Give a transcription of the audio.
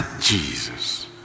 Jesus